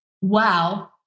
wow